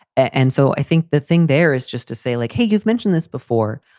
and so i think the thing there is just to say, like, hey, you've mentioned this before.